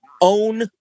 own